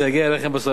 זה יגיע אליכם בסוף,